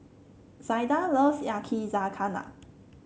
Zaida loves Yakizakana